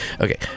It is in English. Okay